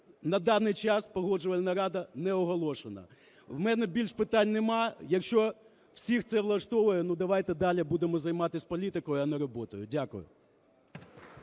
на даний час Погоджувальна рада не оголошена. В мене більше питань нема. Якщо всіх це влаштовує, ну, давайте далі будемо займатися політикою, а не роботою. Дякую.